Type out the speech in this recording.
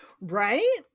Right